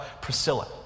Priscilla